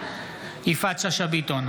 יפעת שאשא ביטון,